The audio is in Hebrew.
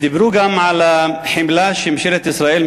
ודיברו גם על החמלה שממשלת ישראל,